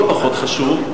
לא פחות חשוב,